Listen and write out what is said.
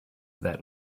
that